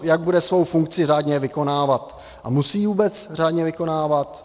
Jak bude svou funkci řádně vykonávat a musí ji vůbec řádně vykonávat?